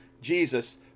Jesus